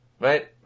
Right